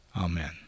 Amen